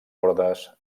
ordes